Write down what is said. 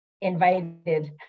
invited